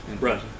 Right